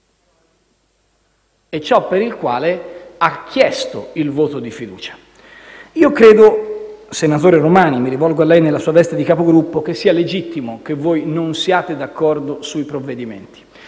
ciò per il quale ha chiesto il voto di fiducia. Io credo - senatore Romani, mi rivolgo a lei nella sua veste di Capogruppo - che sia legittimo che voi non siate d'accordo sui provvedimenti,